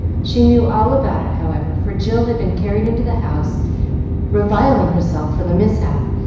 she knew all about it, however, for jill had been carried into the house reviling herself for the mishap,